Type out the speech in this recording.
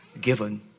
given